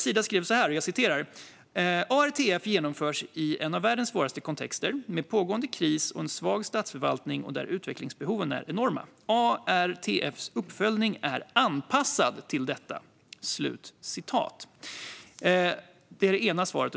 Sida skriver så här: "ARTF genomförs i en av världens svåraste kontexter, med pågående krig och en svag statsförvaltning och där utvecklingsbehoven är enorma. ARTF:s uppföljning är anpassad till detta." Det är det ena svaret.